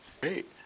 Great